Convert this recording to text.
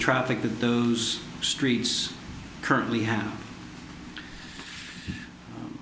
traffic that those streets currently have